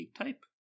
type